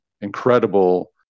incredible